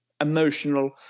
Emotional